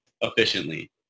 efficiently